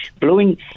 blowing